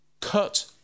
cut